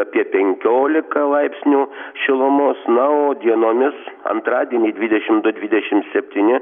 apie penkiolika laipsnių šilumos na o dienomis antradienį dvidešimt du dvidešimt septyni